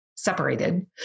separated